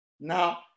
now